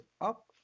up